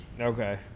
Okay